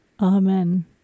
Amen